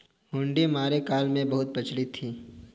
हुंडी मौर्य काल में बहुत प्रचलित थी